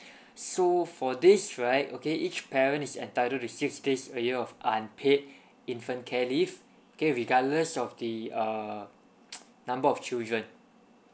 so for this right okay each parent is entitled to six days a year of unpaid infant care leave okay regardless of the err number of children